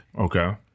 okay